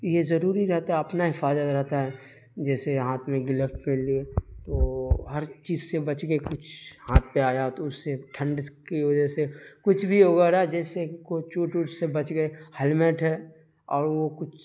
یہ ضروری رہتا ہے اپنا ہی فائدہ رہتا ہے جیسے ہاتھ میں گلفس پہن لیے تو ہر چیز سے بچ کے کچھ ہاتھ پہ آیا تو اس سے ٹھنڈ کی وجہ سے کچھ بھی وغیرہ جیسے کہ کوئی چوٹ اوٹ سے بچ گئے ہیلمیٹ ہے اور وہ کچھ